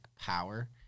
power